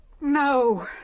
No